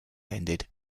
ended